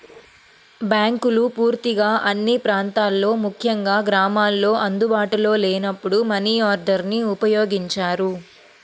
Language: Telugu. బ్యాంకులు పూర్తిగా అన్ని ప్రాంతాల్లో ముఖ్యంగా గ్రామాల్లో అందుబాటులో లేనప్పుడు మనియార్డర్ని ఉపయోగించారు